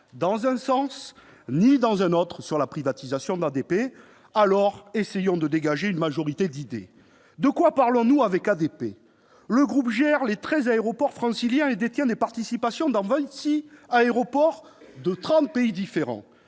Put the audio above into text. dans un sens ni dans un autre sur la privatisation d'ADP ». Alors, essayons de dégager une majorité d'idées ! De quoi parlons-nous avec ADP ? Le groupe gère les 13 aéroports franciliens et détient des participations dans 26 aéroports de 30 pays différents.